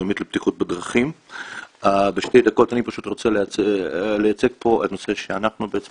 אני רוצה לייצג נושא שאנחנו בעצם